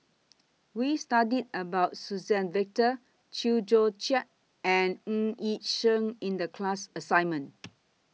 We studied about Suzann Victor Chew Joo Chiat and Ng Yi Sheng in The class assignment